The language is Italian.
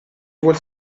vuol